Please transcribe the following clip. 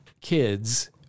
kids